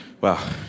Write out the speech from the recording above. Wow